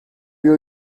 you